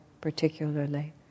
particularly